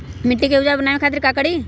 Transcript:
मिट्टी के उपजाऊ बनावे खातिर का करी?